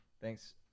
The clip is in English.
thanks